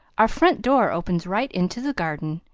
our front door opens right into the garden,